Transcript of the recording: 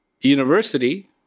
university